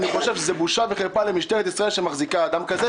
אני חושב שבושה וחרפה למשטרת ישראל שהיא מחזיקה אדם כזה.